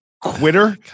quitter